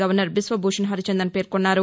governor Biswabhusan Harichandan పేర్కొన్నారు